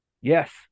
Yes